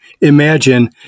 imagine